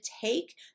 take